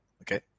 okay